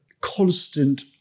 constant